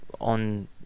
on